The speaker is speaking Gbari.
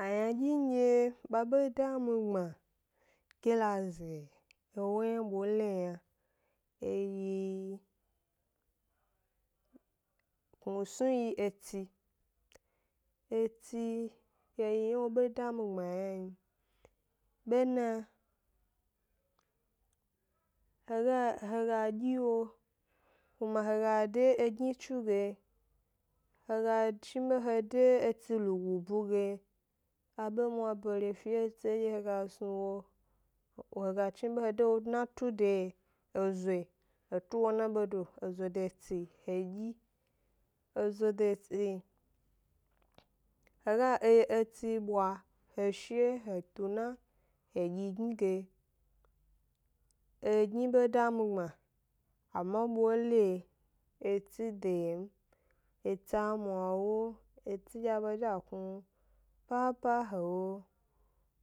Aynadye ndye ba be ɗe mi gbma ke la ze ewo yna boleyi yna, e yi, kpmisnuyi yi etsi, etsi e yi eyna wo be da mi gbma yna n, bena he ga he ga he ga dyi wo kuma he ga de egni chu ge, he ga chnibe he de etsi lugu bu ge, abe mwabere fi e etsio edye he ga snu wo, he ga chnibe he de wo na tu de ezo yi, he tu wo na bedo ezo de etsi yi he dyi, ezo de etsi yi. He ga etsi bwa he she he tu na he dyi gni ge, egni be da mi gbma, ama bole etsi de yio m, etsi a mwa 'wo, etsi dye a be zhi a knu papa he wo